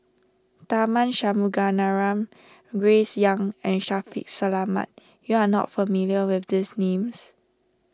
Tharman Shanmugaratnam Grace Young and Shaffiq Selamat you are not familiar with these names